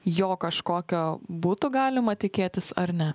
jo kažkokio būtų galima tikėtis ar ne